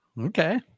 Okay